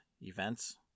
events